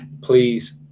please